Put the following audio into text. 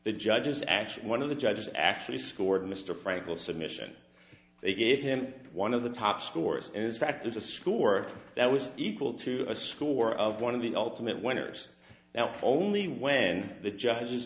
the judges actually one of the judges actually scored mr frankl submission they gave him one of the top scores in fact is a score that was equal to a score of one of the ultimate winners now only when the judges